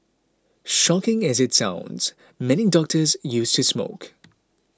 shocking as it sounds many doctors used to smoke